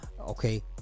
Okay